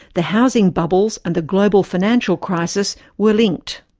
the housing bubbles and the global financial crisis were linked.